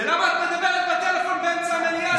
ולמה את מדברת בטלפון באמצע מליאה?